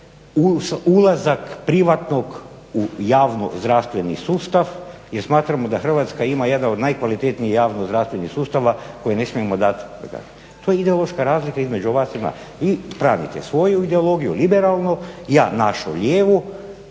ulazak privatnog u javni zdravstveni sustav jer smatramo da Hrvatska ima jedan od najkvalitetnijih javnih zdravstvenih sustava koje ne smijemo dati. To je ideološka razlika između vas i nas. Vi pravite svoju ideologiju, liberalnu, ja našu lijevu